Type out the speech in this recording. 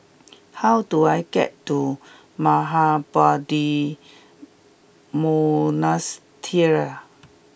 how do I get to Mahabodhi Monastery